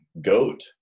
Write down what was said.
Goat